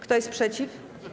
Kto jest przeciw?